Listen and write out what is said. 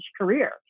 career